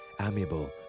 amiable